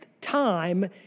time